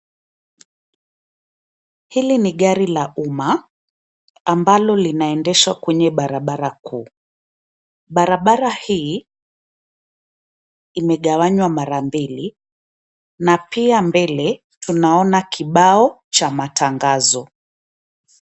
Hili ni gari la uma ambalo linaendeshwa kwenye barabara kuu. Barabara hii imegawanywa mara mbili na pia mbele tunaona kibao cha matangazo.